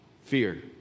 fear